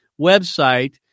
website